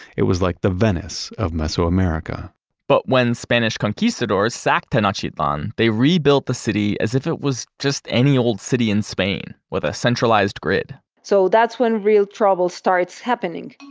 it was like the venice of mesoamerica but when spanish conquistadors sacked tenochtitlan, they rebuilt the city as if it was just any old city in spain with a centralized grid so, that's when real trouble starts happening